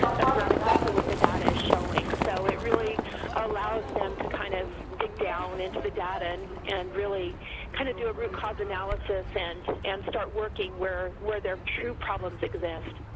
that's not exactly what the data is showing. so, it really allows them to kind of dig down into the data and and really kinda do a root cause analysis and and start working where where their two problems exist.